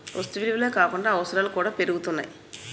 వస్తు విలువలే కాకుండా అవసరాలు కూడా పెరుగుతున్నాయి